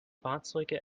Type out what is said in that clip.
fahrzeuge